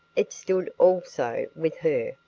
it stood also, with her,